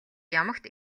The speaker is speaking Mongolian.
ямагт